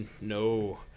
No